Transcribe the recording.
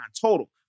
total